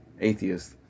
Atheist